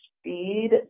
speed